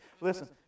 Listen